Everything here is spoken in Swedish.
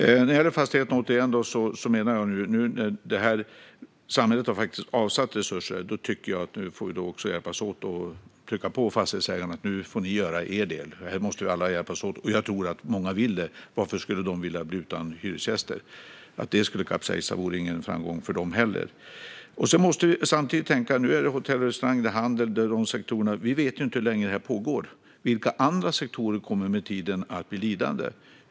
När det gäller fastigheterna har samhället avsatt resurser. Då tycker jag att vi får hjälpas åt och trycka på fastighetsägarna så att de gör sin del. Här måste alla hjälpas åt. Jag tror att många fastighetsägare vill det. Varför ska de vilja bli utan hyresgäster? Om det skulle kapsejsa vore det ingen framgång för dem heller. Nu gäller det hotell, restauranger och handel. Men vi vet inte hur länge detta kommer att pågå och vilka andra sektorer som med tiden kommer att bli lidande.